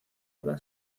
para